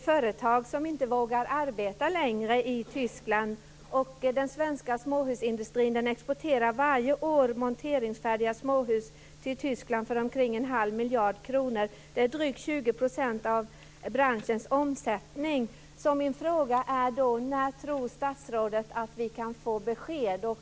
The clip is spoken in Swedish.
företag som inte vågar arbeta längre i Tyskland. Den svenska småhusindustrin exporterar varje år monteringsfärdiga småhus till Tyskland för omkring en halv miljard kronor. Det är drygt 20 % av branschens omsättning. När tror statsrådet att vi kan få besked?